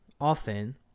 often